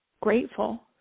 grateful